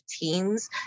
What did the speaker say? teams